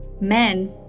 Men